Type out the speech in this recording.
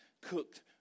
cooked